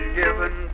given